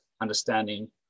understanding